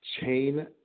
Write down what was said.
Chain